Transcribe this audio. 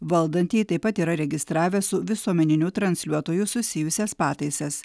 valdantieji taip pat yra registravę su visuomeniniu transliuotoju susijusias pataisas